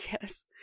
yes